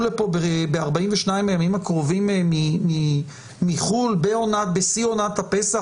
לכאן ב-42 הימים הקרובים מחוץ לארץ בשיא עונת הפסח?